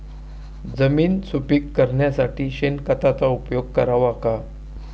जमीन सुपीक करण्यासाठी शेणखताचा उपयोग करावा का?